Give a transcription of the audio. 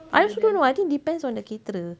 I also don't know I think depends on the caterer